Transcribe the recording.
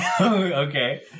Okay